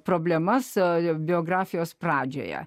problema su jo biografijos pradžioje